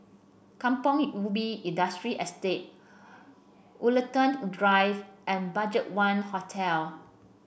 Kampong Ubi Industrial Estate Woollerton Drive and BudgetOne Hotel